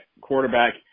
quarterback